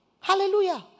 Hallelujah